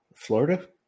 Florida